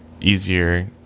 easier